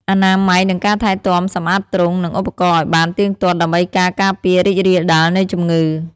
អនាម័យ និងការថែទាំ សម្អាតទ្រុង និងឧបករណ៍ឲ្យបានទៀងទាត់ដើម្បីការពារការរីករាលដាលនៃជំងឺ។